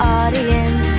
audience